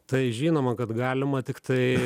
tai žinoma kad galima tiktai